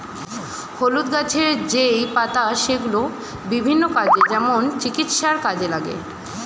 হলুদ গাছের যেই পাতা সেগুলো বিভিন্ন কাজে, যেমন চিকিৎসায় লাগে